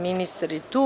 Ministar je tu.